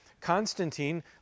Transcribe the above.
Constantine